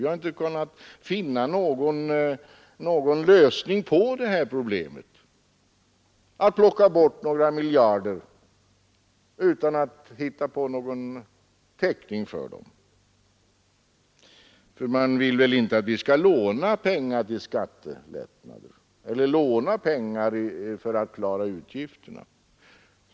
Vi har inte kunnat finna någon lösning på det här problemet, att plocka bort några miljarder utan att hitta på någon täckning. För man vill väl inte att vi skall låna pengar till skattelättnader eller för att klara utgifterna?